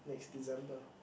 next December